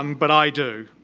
um but i do.